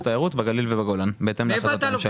תיירות בגליל ובגולן בהתאם להחלטת הממשלה.